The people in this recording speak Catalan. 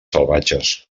salvatges